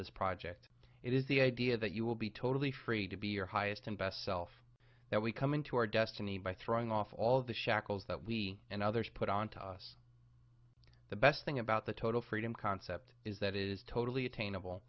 this project it is the idea that you will be totally free to be your highest and best self that we come into our destiny by throwing off all of the shackles that we and others put on to us the best thing about the total freedom concept is that it is totally attainable